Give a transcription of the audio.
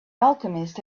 alchemist